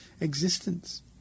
existence